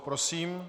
Prosím.